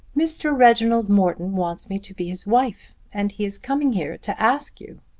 mr. reginald morton wants me to be his wife, and he is coming here to ask you.